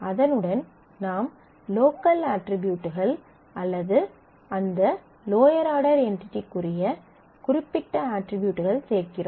அதனுடன் நாம் லோக்கல் அட்ரிபியூட்கள் அல்லது அந்த லோயர் ஆர்டர் என்டிடிக்குரிய குறிப்பிட்ட அட்ரிபியூட்கள் சேர்க்கிறோம்